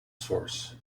source